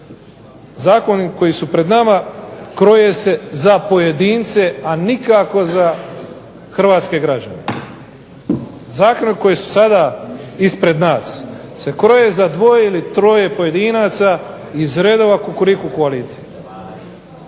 Zakoni koji su pred nama kroje se za pojedince, a nikako za hrvatske građane. Zakoni koji su sada ispred nas se kroje za dvoje ili troje pojedinaca iz redova Kukuriku koalicije.